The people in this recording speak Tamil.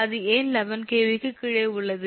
அது ஏன் 11 𝑘𝑉 க்குக் கீழே உள்ளது